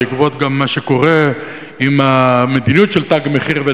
גם בעקבות מה שקורה עם המדיניות של "תג מחיר",